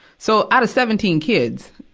so, out of seventeen kids,